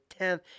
10th